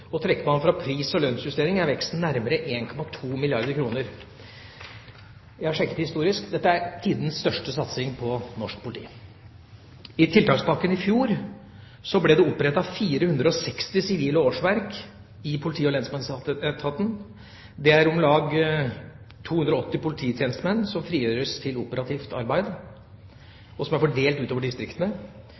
man fra pris- og lønnsjustering, er veksten nærmere 1,2 milliarder kr. Jeg har sjekket historisk – dette er tidenes største satsing på norsk politi. I tiltakspakken i fjor ble det opprettet 460 sivile årsverk i politi- og lensmannsetaten. Det er om lag 280 polititjenestemenn som frigjøres til operativt arbeid, og som er fordelt utover distriktene.